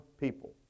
people